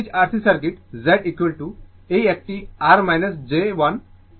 এর জন্য আপনার series R C circuit Z এই একটি R j 1 অ্যাপন ω c